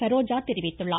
சரோஜா தெரிவித்துள்ளார்